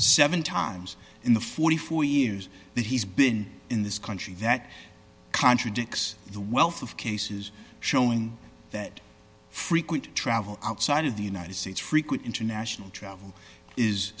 seven times in the forty four years that he's been in this country that contradicts the wealth of cases showing that frequent travel outside of the united states frequent international travel is